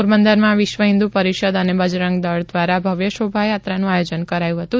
પોરબંદરમાં વિશ્વ હિન્દુ પરિષદ અને બજરંગદળ દ્વારા ભવ્ય શોભાયાત્રાનું આયોજન કરાયું હતું